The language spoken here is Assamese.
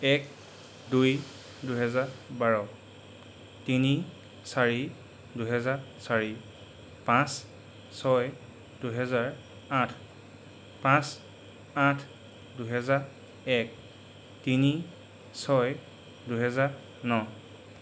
এক দুই দুহেজাৰ বাৰ তিনি চাৰি দুহেজাৰ চাৰি পাঁচ ছয় দুহেজাৰ আঠ পাঁচ আঠ দুহেজাৰ এক তিনি ছয় দুহেজাৰ ন